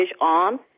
on